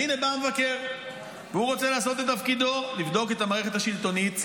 והינה בא המבקר והוא רוצה לעשות את תפקידו: לבדוק את המערכת השלטונית,